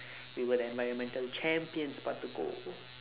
we were the environmental champions brought the gold home